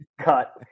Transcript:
cut